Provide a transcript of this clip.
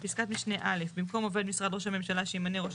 בפסקת משנה א' במקום "עובד משרד ראש הממשלה שימנה ראש